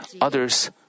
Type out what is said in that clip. others